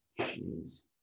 Jeez